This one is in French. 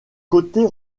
côtés